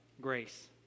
grace